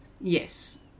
yes